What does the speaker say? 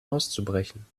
auszubrechen